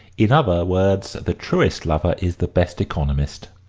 in other words, the truest lover is the best economist.